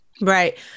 Right